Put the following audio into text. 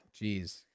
Jeez